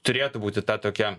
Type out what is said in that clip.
turėtų būti ta tokia